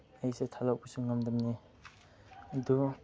ꯑꯩꯁꯦ ꯊꯥꯗꯣꯛꯄꯁꯨ ꯉꯝꯗꯝꯅꯦ ꯑꯗꯨ